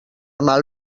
mal